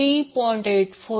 88 j3